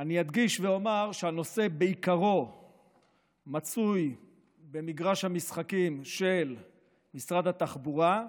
אני אדגיש ואומר שהנושא בעיקרו מצוי במגרש המשחקים של משרד התחבורה,